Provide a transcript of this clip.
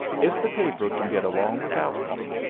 if the paper can get along without me,